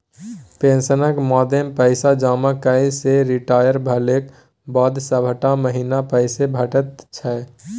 पेंशनक मदमे पैसा जमा कएला सँ रिटायर भेलाक बाद सभटा महीना पैसे भेटैत छै